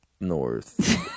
north